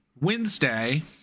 Wednesday